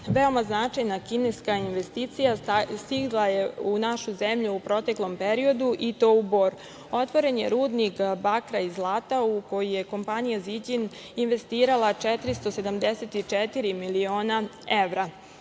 veoma značajna kineska investicija stigla je u našu zemlju u proteklom periodu i to u Bor. Otvoren je rudnik bakra i zlata u koji je kompanija „Ziđin“ investirala 474 miliona evra.